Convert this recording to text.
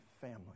family